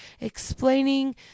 explaining